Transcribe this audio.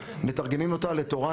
אנחנו מתרגמים לתורה,